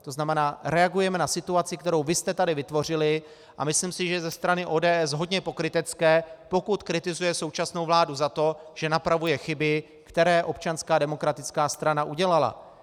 To znamená, reagujeme na situaci, kterou vy jste tady vytvořili, a myslím si, že ze strany ODS je hodně pokrytecké, pokud kritizuje současnou vládu za to, že napravuje chyby, které Občanská demokratická strana udělala.